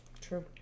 True